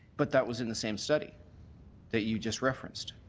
but that was in the same study that you just referenced.